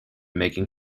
making